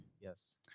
Yes